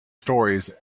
stories